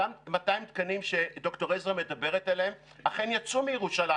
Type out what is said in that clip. אותם 200 תקנים שד"ר עזרא מדברת עליהם אכן יצאו מירושלים,